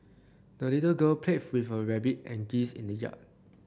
the little girl played with her rabbit and geese in the yard